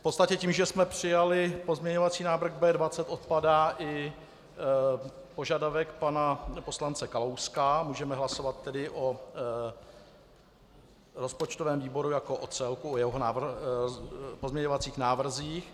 V podstatě tím, že jsme přijali pozměňovací návrh B20, odpadá i požadavek pana poslance Kalouska, můžeme hlasovat tedy o rozpočtovém výboru jako o celku, o jeho pozměňovacích návrzích.